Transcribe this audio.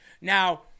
Now